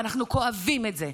ואנחנו כואבים את זה.